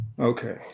Okay